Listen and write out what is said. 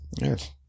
Yes